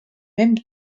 même